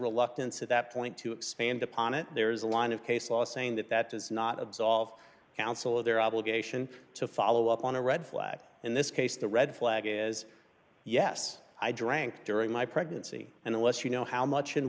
reluctance at that point to expand upon it there is a line of case law saying that that does not absolve counsel of their obligation to follow up on a red flag in this case the red flag is yes i drank during my pregnancy and unless you know how much and